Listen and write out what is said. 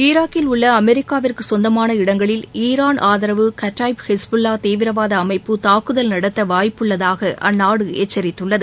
ஈராக்கில் உள்ள அமெரிக்காவிற்கு சொந்தமான இடங்களில் ஈரான் ஆதரவு கட்டாய்ப் ஹிஸ்புல்லா தீவிரவாத அமைப்பு தாக்குதல் நடத்த வாய்ப்புள்ளதாக அந்நாடு எச்சரித்துள்ளது